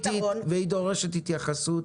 והיא דורשת התייחסות.